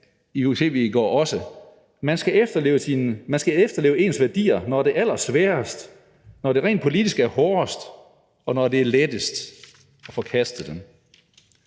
sagde på tv i går: Man skal efterleve sine værdier, når det er allersværest, når det rent politisk er hårdest, og når det er lettest at forkaste dem.